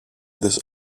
this